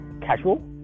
casual